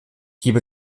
gebe